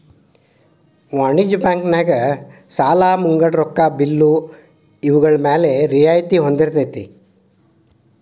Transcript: ವಾಣಿಜ್ಯ ಬ್ಯಾಂಕ್ ನ್ಯಾಗ ಸಾಲಾ ಮುಂಗಡ ರೊಕ್ಕಾ ಬಿಲ್ಲು ಇವ್ಗಳ್ಮ್ಯಾಲೆ ರಿಯಾಯ್ತಿ ಹೊಂದಿರ್ತೆತಿ